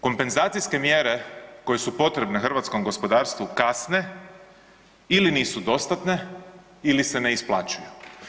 Kompenzacijske mjere koje su potrebne hrvatskom gospodarstvu kasne ili nisu dostatne ili se ne isplaćuju.